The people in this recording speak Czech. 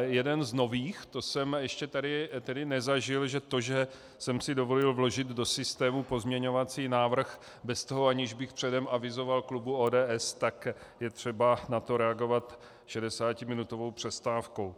jeden z nových, to jsem ještě tady tedy nezažil, že to, že jsem si dovolil vložit do systému pozměňovací návrh bez toho, aniž bych předem avizoval klubu ODS, tak je třeba na to reagovat šedesátiminutovou přestávkou.